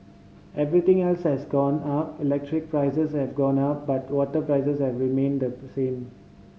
everything else has gone up electricity prices have gone up but the water prices have remained the per same